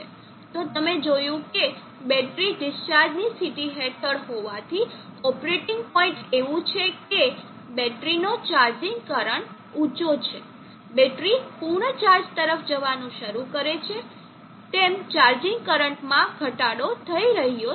તો તમે જોયું કે બેટરી ડિસ્ચાર્જની સ્થિતિ હેઠળ હોવાથી ઓપરેટિંગ પોઈન્ટ એવું છે કે બેટરીનો ચાર્જિંગ કરંટ ઊચો છે બેટરી પૂર્ણ ચાર્જ તરફ જવાનું શરૂ કરે છે તેમ ચાર્જિંગ કરંટમાં ઘટાડો થઈ રહ્યો છે